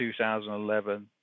2011